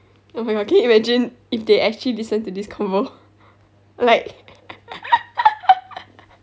oh my god can you imagine if they actually listen to this convo like